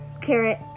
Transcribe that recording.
Carrot